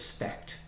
respect